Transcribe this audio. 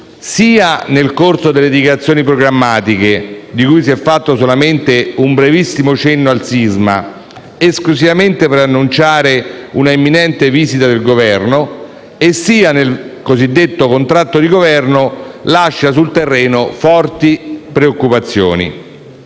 sia nel corso delle dichiarazioni programmatiche, in cui si è fatto solamente un brevissimo cenno al sisma (esclusivamente per annunciare una imminente visita del Governo), sia nel cosiddetto contratto di Governo, lasciano sul terreno forti preoccupazioni.